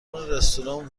رستوران